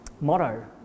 motto